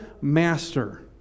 master